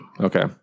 Okay